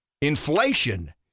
Inflation